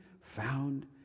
found